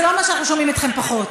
זה לא אומר שאנחנו שומעים אתכם פחות.